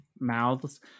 mouths